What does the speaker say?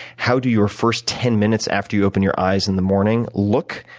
how do your first ten minutes after you open your eyes in the morning look?